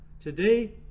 Today